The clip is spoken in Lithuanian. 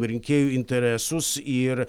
rinkėjų interesus ir